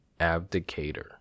Abdicator